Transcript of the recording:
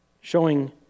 showing